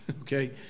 Okay